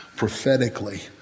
Prophetically